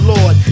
Lord